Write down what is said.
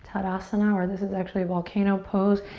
tadasana or this is actually volcano pose.